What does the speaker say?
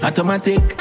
Automatic